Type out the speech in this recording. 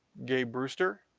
gabe brewster,